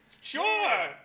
Sure